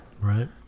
right